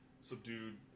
subdued